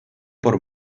por